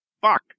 fuck